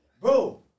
bro